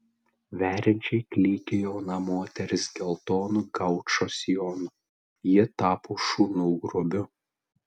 veriančiai klykė jauna moteris geltonu gaučo sijonu ji tapo šunų grobiu